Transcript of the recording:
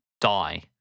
die